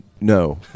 No